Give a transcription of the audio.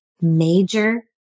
major